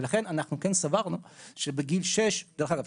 ולכן אנחנו כן סברנו שבגיל שש דרך אגב,